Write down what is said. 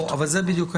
אבל זה בדיוק העניין.